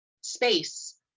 space